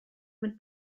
mit